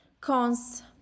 cons